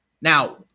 Now